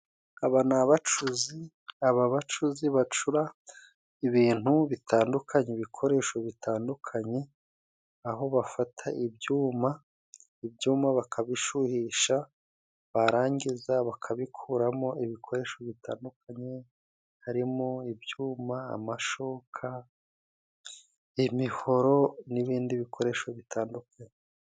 Aba ni abacuzi. Aba bacuzi bacura ibintu bitandukanye ibikoresho bitandukanye, aho bafata ibyuma, ibyuma bakabishuhisha, barangiza bakabikuramo ibikoresho bitandukanye harimo: ibyuma, amashoka, imihoro, n'ibindi bikoresho bitandukanye.